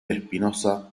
espinosa